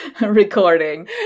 recording